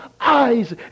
eyes